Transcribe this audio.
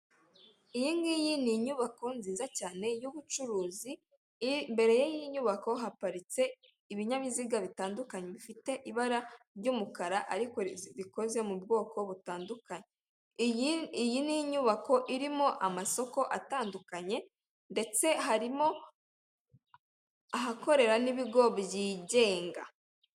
Iyi ngiyi ni inyubako nziza cyane y'ubucuruzi, imbere y'iyi nyubako haparitse ibinyabiziga bitandukanye bifite ibara ry'umukara ariko zikoze mu bwoko butandukanye, iyi ni inyubako irimo amasoko atandukanye ndetse harimo ahakorera n'ibigo byigenga.